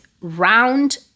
round